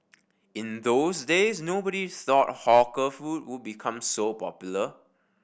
in those days nobody thought hawker food would become so popular